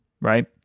right